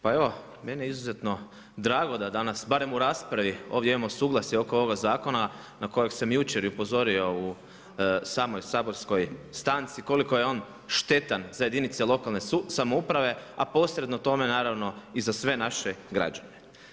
Pa evo, meni je izuzetno drago da danas barem u raspravi ovdje imamo suglasje oko ovoga zakona na kojeg sam jučer i upozorio u samoj saborskoj stanci koliko je on štetan za jedinice lokalne samouprave, a posredno tome naravno i za sve naše građane.